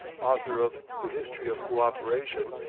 author of the history of cooperation,